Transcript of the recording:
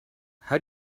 how